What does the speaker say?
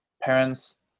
parents